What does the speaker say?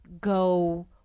go